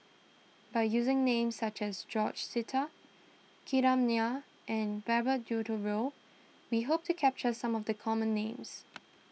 by using names such as George Sita Kram Nair and Herbert Eleuterio we hope to capture some of the common names